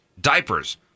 diapers